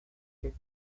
get